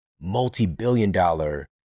multi-billion-dollar